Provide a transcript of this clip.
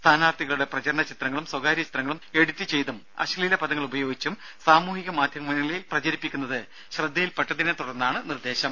സ്ഥാനാർഥികളുടെ പ്രചരണചിത്രങ്ങളും സ്വകാര്യചിത്രങ്ങളും എഡിറ്റ് ചെയ്തും അശ്ലീല പദങ്ങൾ ഉപയോഗിച്ചും സാമൂഹ്യമാധ്യമങ്ങളിൽ പ്രചരിപ്പിക്കുന്നത് ശ്രദ്ധയിൽ പെട്ടതിനെത്തുടർന്നാണ് നിർദ്ദേശം